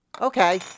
Okay